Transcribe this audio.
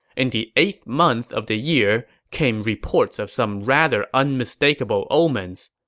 in the eighth month of the year came reports of some rather unmistakable omens.